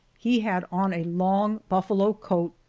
he had on a long buffalo coat,